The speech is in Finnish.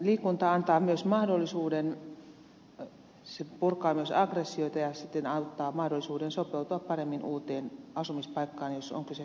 liikunta antaa myös mahdollisuuden se purkaa myös aggressioita ja siten antaa mahdollisuuden sopeutua paremmin uuteen asumispaikkaan jos on kyseessä maahanmuuttaja